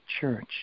Church